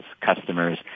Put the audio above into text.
customers